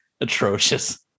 atrocious